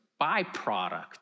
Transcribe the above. byproduct